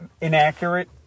inaccurate